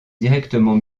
directement